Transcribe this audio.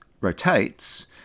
rotates